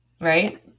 right